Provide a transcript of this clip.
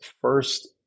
first